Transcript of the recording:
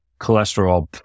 cholesterol